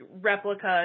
replicas